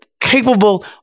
Capable